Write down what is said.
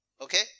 Okay